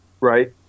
right